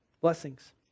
Blessings